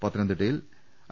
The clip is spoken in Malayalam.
പത്തനംതിട്ടയിൽ ഐ